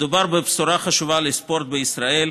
מדובר בבשורה חשובה לספורט בישראל,